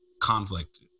conflict